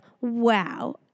wow